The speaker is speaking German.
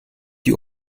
die